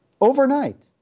overnight